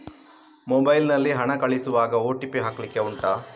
mobile ನಲ್ಲಿ ಹಣ ಕಳಿಸುವಾಗ ಓ.ಟಿ.ಪಿ ಹಾಕ್ಲಿಕ್ಕೆ ಉಂಟಾ